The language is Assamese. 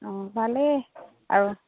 অঁ ভালেই আৰু